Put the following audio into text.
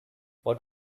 what